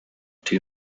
two